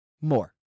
more